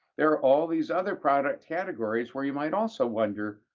there are all these other product categories where you might also wonder,